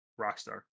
Rockstar